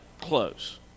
close